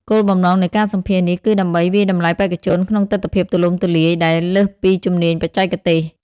គោលបំណងនៃការសម្ភាសន៍នេះគឺដើម្បីវាយតម្លៃបេក្ខជនក្នុងទិដ្ឋភាពទូលំទូលាយ ដែលលើសពីជំនាញបច្ចេកទេស។